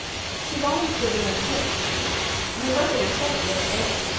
she's always giving him hints you heard her yourself the other day.